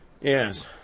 Yes